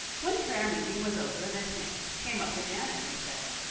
when prayer-meeting was over this man came up to janet and said,